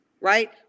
right